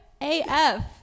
AF